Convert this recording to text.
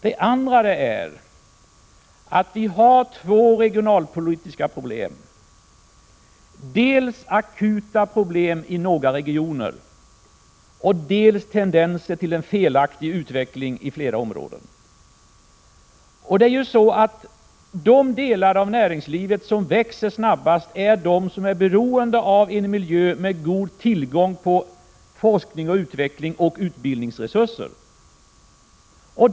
Det andra är att vi har två regionalpolitiska problem: dels akuta problem i några regioner, dels tendenser till en felaktig utveckling i flera områden. De delar av näringslivet som växer snabbast är de som är beroende av en miljö med god tillgång på forsknings-, utvecklingsoch utbildningsresurser.